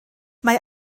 mae